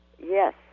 Yes